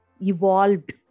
evolved